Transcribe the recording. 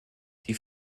die